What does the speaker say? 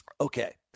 Okay